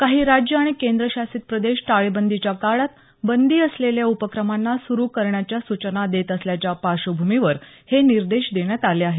काही राज्य आणि केंद्रशासित प्रदेश टाळेबंदीच्या काळात बंदी असलेल्या उपक्रमांना सुरू करण्याच्या सूचना देत असल्याच्या पार्श्वभूमीवर हे निर्देश देण्यात आले आहेत